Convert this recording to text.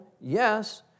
yes